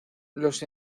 los